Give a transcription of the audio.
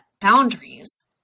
boundaries